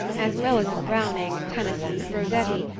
as well as of browning, tennyson, rossetti,